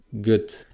good